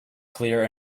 clear